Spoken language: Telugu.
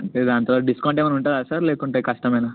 అంటే దాంట్లో డిస్కౌంట్ ఏమైనా ఉంటాదా సార్ లేకుంటే కష్టమేనా